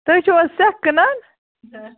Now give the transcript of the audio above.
تُہۍ چھِو حظ سیٚکھ کٕنان